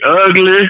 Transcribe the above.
Ugly